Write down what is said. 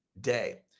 day